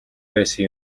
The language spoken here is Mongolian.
байсан